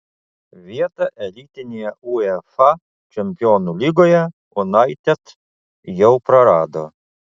vietą elitinėje uefa čempionų lygoje united jau prarado